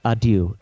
Adieu